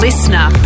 Listener